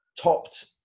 Topped